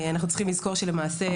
אנחנו צריכים לזכור שלמעשה,